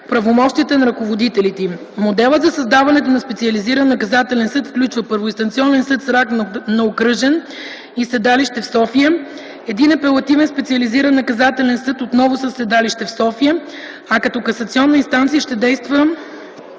правомощията на ръководителите им. Моделът за създаването на специализиран наказателен съд включва - първоинстанционен съд с ранг на окръжен и седалище в София, един апелативен специализиран наказателен съд отново със седалище в София, а като касационна инстанция ще действа